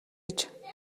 ажилдаа